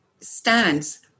stands